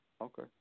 okay